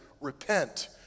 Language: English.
repent